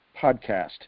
podcast